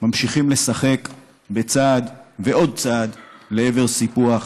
ממשיכים לשחק בצעד ועוד צעד לעבר סיפוח,